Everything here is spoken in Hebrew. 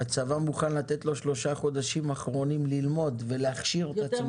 הצבא מוכן לתת לו שלושה חודשים אחרונים ללמוד ולהכשיר את עצמו.